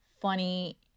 funny